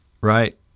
right